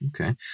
Okay